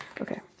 Okay